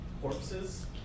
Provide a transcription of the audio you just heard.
Corpses